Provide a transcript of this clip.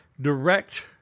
direct